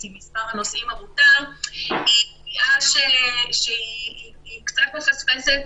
עם מספר הנוסעים המותר היא קביעה שקצת מפספסת